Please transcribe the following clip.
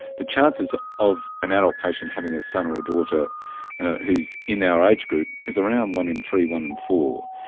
the chances of an adult patient having a son or a daughter who is in our age group is around one in three, one in four.